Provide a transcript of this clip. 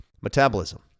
metabolism